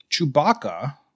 Chewbacca